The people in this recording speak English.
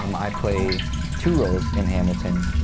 um i play two roles in hamilton.